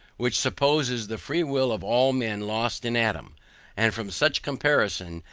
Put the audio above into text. which supposes the free will of all men lost in adam and from such comparison,